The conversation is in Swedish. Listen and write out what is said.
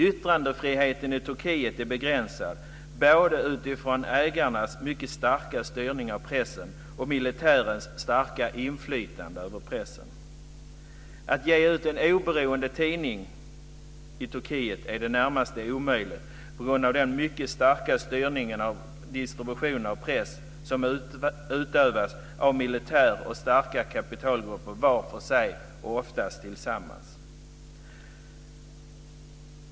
Yttrandefriheten i Turkiet är begränsad, både utifrån ägarnas mycket starka styrning av pressen och militärens starka inflytande över pressen. Att ge ut en oberoende tidning i Turkiet är i det närmaste omöjligt på grund av den mycket starka styrningen av distributionen av press som utövas av militär och starka kapitalgrupper var för sig och ofta tillsammans.